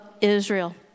israel